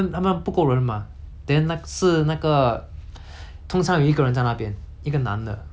通常有一个人在那边一个男的他一个人做到全部东西